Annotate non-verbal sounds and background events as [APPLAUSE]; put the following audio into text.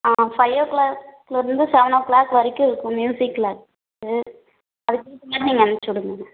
ஆ ஃபையோ க்ளாக்லிருந்து seven o'clock வரைக்கும் இருக்கும் மியூசிக் க்ளாஸு ம் [UNINTELLIGIBLE] அதுக்கு ஏற்றமாரி நீங்கள் அனுப்ச்சு விடுங்க மேம்